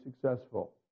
successful